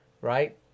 right